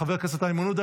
חבר הכנסת איימן עודה,